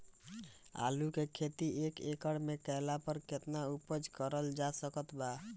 आलू के खेती एक एकड़ मे कैला पर केतना उपज कराल जा सकत बा?